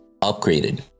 upgraded